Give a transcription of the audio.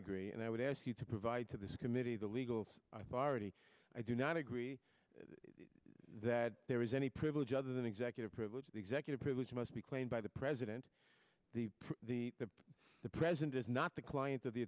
agree and i would ask you to provide to this committee the legal authority i do not agree that there is any privilege other than executive privilege the executive privilege must be claimed by the president that the president is not the client of the